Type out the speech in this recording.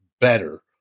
better